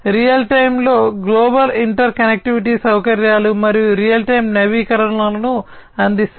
real టైమ్లో global interconnectivity సౌకర్యాలు మరియు రియల్ టైమ్ నవీకరణలను అందిస్తాయి